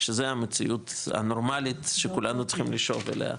שזה המציאות הנורמלית שכולנו צריכים לשאוף אליה,